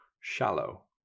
shallow